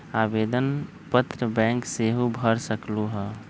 आवेदन पत्र बैंक सेहु भर सकलु ह?